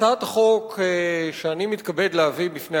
אני מתכבד להביא בפניכם